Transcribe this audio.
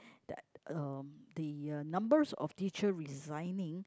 that um the uh numbers of teacher resigning